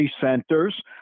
centers